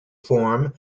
form